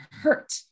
hurt